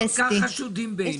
למה אנחנו כל כך חשודים בעיניכם?